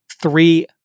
three